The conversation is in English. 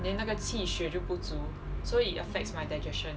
then 那个气血就不足所以 affects my digestion